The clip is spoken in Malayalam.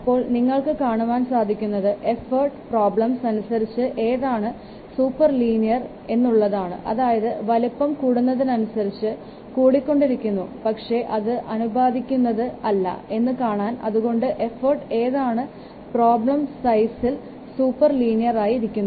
അപ്പോൾ നിങ്ങൾക്ക് കാണുവാൻ സാധിക്കുന്നത് എഫൊർട്ട് പ്രോബ്ലംസ് അനുസരിച്ച് ഏതാണ്ട് സൂപ്പർ ലീനിയർ ആണ് എന്നുള്ളതാണ് അതായത് വലിപ്പം കൂടുന്നതിനനുസരിച്ച് കൂടിക്കൊണ്ടിരിക്കുന്നു പക്ഷേ അത് ആനുപാതികമായി അല്ല എന്നും കാണാം അതുകൊണ്ട് എഫൊർട്ട് ഏതാണ്ട് പ്രോബ്ലം സൈസിൽ സൂപ്പർ ലീനിയർ ആയി ഇരിക്കുന്നു